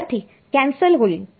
विद्यार्थी कॅन्सल होईल